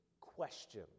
question